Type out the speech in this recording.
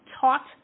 taught